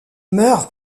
meurt